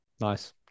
nice